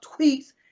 tweets